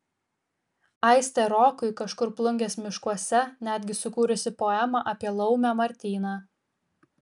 aistė rokui kažkur plungės miškuose netgi sukūrusi poemą apie laumę martyną